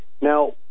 Now